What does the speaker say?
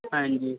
ਹਾਂਜੀ